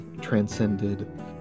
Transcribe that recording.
transcended